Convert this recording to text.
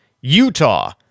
Utah